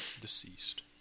Deceased